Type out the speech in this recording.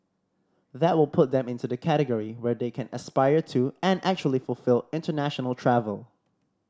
that will put them into the category where they can aspire to and actually fulfil international travel